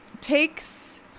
takes